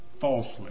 Falsely